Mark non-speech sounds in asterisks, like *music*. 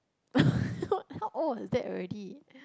*laughs* what how old was that already